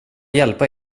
hjälpa